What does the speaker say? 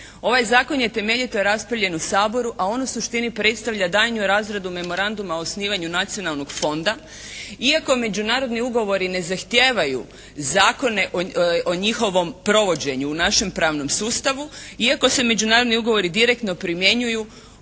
Ovaj Zakon je temeljito raspravljen u Saboru, a on u suštini predstavlja daljnju razradu memoranduma o osnivanju nacionalnog fonda iako međunarodni ugovori ne zahtijevaju zakone o njihovom provođenju u našem pravnom sustavu. Iako se međunarodni ugovori direktno primjenjuju